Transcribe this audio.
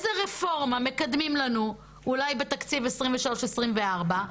איזה רפורמה מקדמים לנו אולי בתקציב 23' 24'